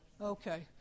Okay